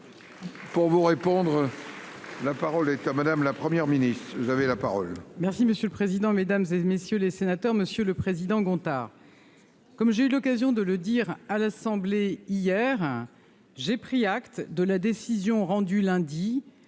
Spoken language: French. Pour vous répondre, la parole est à Madame la première ministre, vous avez la parole. Merci monsieur le président, Mesdames et messieurs les sénateurs, monsieur le président Gontard, comme j'ai eu l'occasion de le dire à l'assemblée hier, j'ai pris acte de la décision rendue lundi